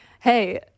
Hey